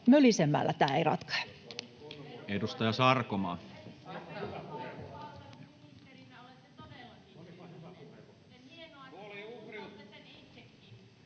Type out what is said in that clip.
Mölisemällä tämä ei ratkea.